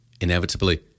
inevitably